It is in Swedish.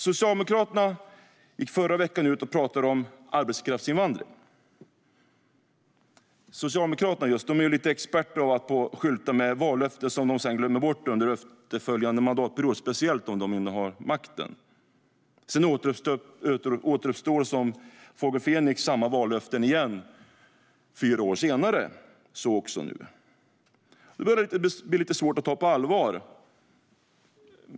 Socialdemokraterna gick förra veckan ut och talade om arbetskraftsinvandring. Socialdemokraterna är ju lite av experter på att skylta med vallöften som de sedan glömmer bort under efterföljande mandatperiod, speciellt om de innehar makten. Sedan återuppstår, som Fågel Fenix, samma vallöften fyra år senare, så också nu. Det börjar bli lite svårt att ta på allvar.